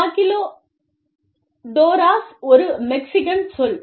maquiladoras ஒரு Mexican சொல்